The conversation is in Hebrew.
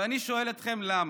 ואני שואל אתכם: למה?